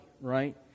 right